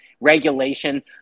regulation